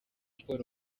paul